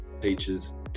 teachers